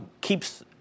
keeps